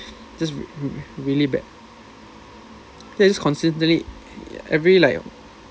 just re~ really bad then considering it every like